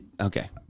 Okay